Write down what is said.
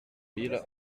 mille